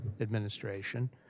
administration